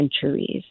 centuries